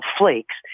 flakes